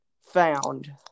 found